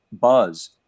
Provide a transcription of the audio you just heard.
buzz